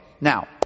now